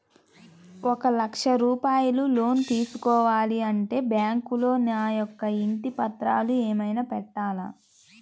ఒక లక్ష రూపాయలు లోన్ తీసుకోవాలి అంటే బ్యాంకులో నా యొక్క ఇంటి పత్రాలు ఏమైనా పెట్టాలా?